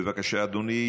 בבקשה, אדוני.